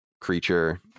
creature